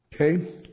Okay